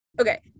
okay